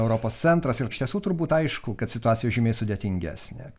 europos centras ir iš tiesų turbūt aišku kad situacija žymiai sudėtingesnė